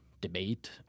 debate